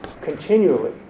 continually